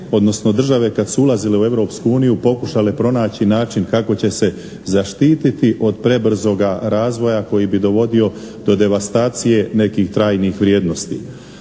odnosno države kad su ulazile u Europsku uniju pokušale pronaći način kako će se zaštititi od prebrzoga razvoja koji bi dovodio do devastacije nekih trajnih vrijednosti.